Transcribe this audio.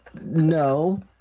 No